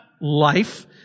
life